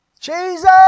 Jesus